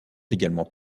également